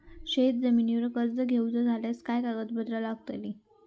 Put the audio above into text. शेत जमिनीवर कर्ज घेऊचा झाल्यास काय कागदपत्र लागतली?